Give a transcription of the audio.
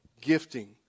gifting